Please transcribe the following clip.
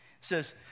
says